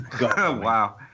Wow